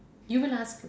you will ask